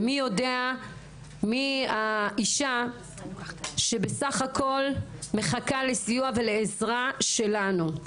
ומי יודע מי האישה שבסך הכול מחכה לסיוע ולעזרה שלנו.